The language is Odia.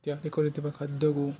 ତିଆରି କରିଥିବା ଖାଦ୍ୟକୁ